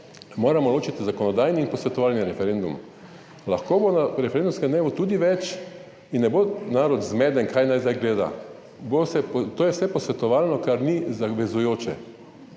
moramo ločiti zakonodajni in posvetovalni referendum. Lahko bo na referendumskem dnevu tudi več in ne bo narod zmeden kaj naj zdaj gleda, bo se, to je vse posvetovalno, kar ni zavezujoče,